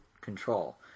control